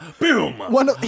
Boom